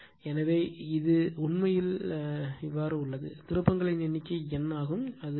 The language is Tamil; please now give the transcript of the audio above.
எனவே இது உண்மையில் இங்கே உள்ளது திருப்பங்களின் எண்ணிக்கை N ஆகும் அது I